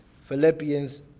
Philippians